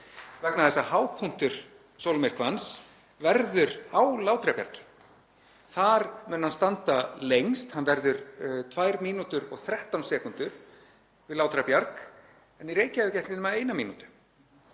vegna þess að hápunktur sólmyrkvans verður á Látrabjargi. Þar mun hann standa lengst, hann verður í 2 mínútur og 13 sekúndur við Látrabjarg en í Reykjavík ekki nema 1 mínútu.